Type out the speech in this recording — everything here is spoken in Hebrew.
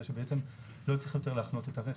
זה שבעצם לא צריך יותר להחנות את הרכב.